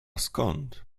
skąd